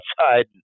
outside